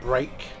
Break